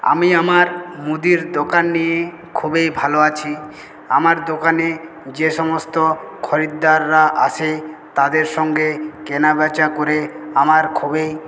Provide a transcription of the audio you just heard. আমি আমার মুদির দোকান নিয়ে খুবই ভালো আছি আমার দোকানে যে সমস্ত খরিদ্দাররা আসে তাদের সঙ্গে কেনা বেচা করে আমার খুবই